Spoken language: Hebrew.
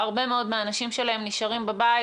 הרבה מאוד מהאנשים שלהם נשארים בבית.